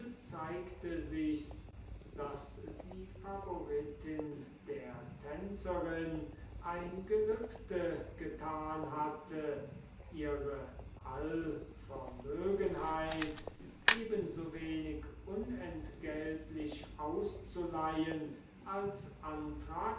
zeigte sichs daß die favoritin der tänzerin ein gelübde getan hatte ihre allvermögenheit eben so wenig unentgeltlich auszuleihen als anthrax